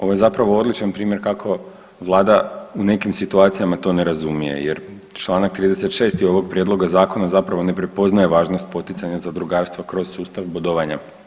Ovo je zapravo odličan primjer kako vlada u nekim situacijama to ne razumije jer Članak 36. ovog prijedloga zakona zapravo ne prepoznaje važnost poticanja zadrugarstva kroz sustav bodovanja.